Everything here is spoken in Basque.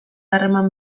harreman